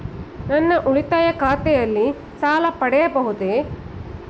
ನನ್ನ ಉಳಿತಾಯ ಖಾತೆಯಲ್ಲಿ ಸಾಲ ಪಡೆಯಬಹುದೇ?